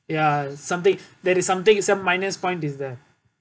ya something that is something some minus point is there